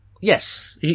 Yes